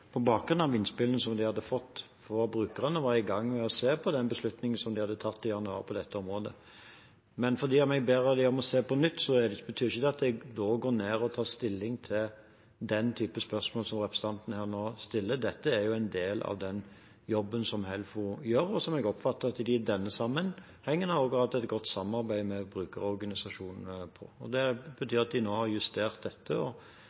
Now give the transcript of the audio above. på bakgrunn av innspillene de hadde fått fra brukerne, var i gang med å se på den beslutningen de hadde tatt i januar på dette området. Men selv om jeg ber dem om å se på det på nytt, betyr ikke det at jeg da tar stilling til den typen spørsmål som representanten Wilkinson nå stiller. Dette er en del av den jobben som Helfo gjør, og som jeg oppfatter at de i denne sammenhengen har hatt et godt samarbeid med brukerorganisasjonene om. Det betyr at de nå har justert dette